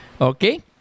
Okay